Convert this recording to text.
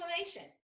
explanation